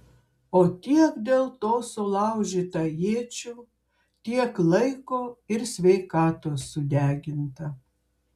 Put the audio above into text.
o tiek dėl to sulaužyta iečių tiek laiko ir sveikatos sudeginta